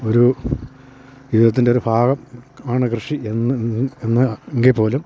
ഒരു ജീവിത്തിൻ്റൊരു ഭാഗം ആണ് കൃഷി എന്ന് എന്ന് എങ്കീപ്പോലും